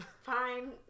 fine